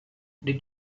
did